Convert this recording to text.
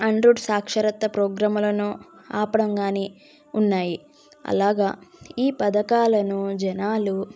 అండ్రుడ్ సాక్షరత ప్రోగ్రాంలను ఆపడం కానీ ఉన్నాయి అలాగే ఈ పథకాలను జనాలు